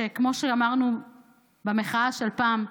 כמו שאמרנו במחאה של פעם,